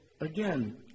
Again